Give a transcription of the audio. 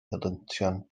helyntion